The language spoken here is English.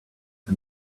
and